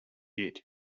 hit